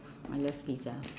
I love pizza